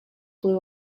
blue